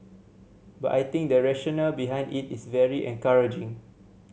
but I think the rationale behind it is very encouraging